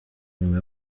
nyuma